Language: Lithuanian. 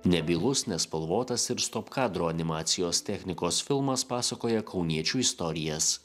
nebylus nespalvotas ir stop kadro animacijos technikos filmas pasakoja kauniečių istorijas